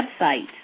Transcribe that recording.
website